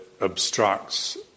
obstructs